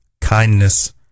kindness